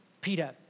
Peter